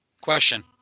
Question